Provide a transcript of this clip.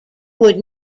would